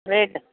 rate